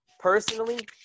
Personally